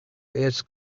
its